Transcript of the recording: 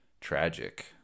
tragic